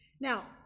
Now